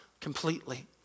completely